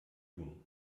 tun